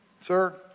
Sir